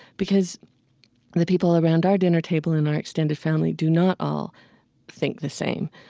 because the people around our dinner table and our extended family do not all think the same.